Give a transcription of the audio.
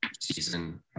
season